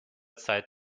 zeit